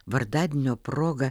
vardadienio proga